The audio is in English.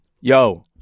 yo